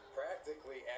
practically